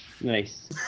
Nice